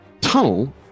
tunnel